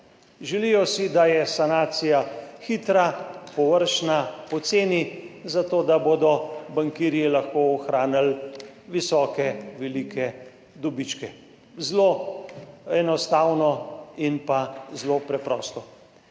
želijo si, da je sanacija hitra, površna, poceni, zato da bodo bankirji lahko ohranili visoke, velike dobičke. Zelo enostavno in zelo preprosto.